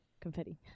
confetti